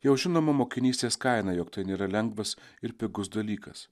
jau žinoma mokinystės kaina jog tai nėra lengvas ir pigus dalykas